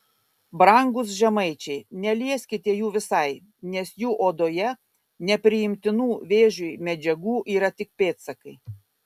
brangūs žemaičiai nelieskite jų visai nes jų odoje nepriimtinų vėžiui medžiagų yra tik pėdsakai